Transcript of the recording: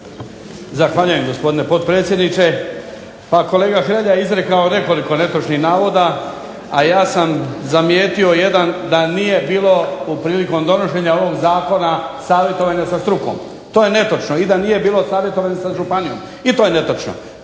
Zahvaljujem gospodine potpredsjedniče. Pa kolega Hrelja je izrekao nekoliko netočnih navoda, a ja sam zamijetio jedan da nije bilo prilikom donošenja ovog zakona savjetovanja sa strukom. To je netočno. I da nije bilo savjetovanja sa županijom. I to je netočno.